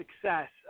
success